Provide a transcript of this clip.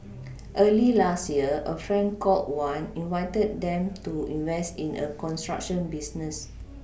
early last year a friend called Wan invited them to invest in a construction business